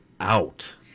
out